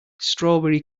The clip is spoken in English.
strawberry